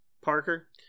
Parker